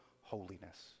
holiness